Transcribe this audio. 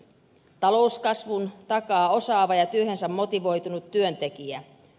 talouskasvun takaa osaava ja työhönsä motivoitunut työntekijä